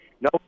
No